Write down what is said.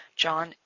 John